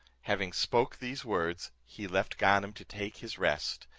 having spoke these words, he left ganem to take his rest,